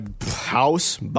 House